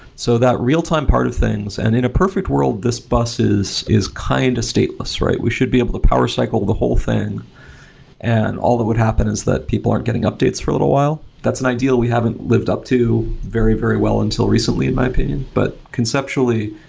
so that real-time part of things, and in a perfect world, the bus is is kind of stateless. we should be able to power cycle the whole thing and all that would happen is that people aren't getting updates for a little while. that's an ideal we haven't lived up to very, very well until recently in my opinion. but conceptually,